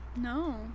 no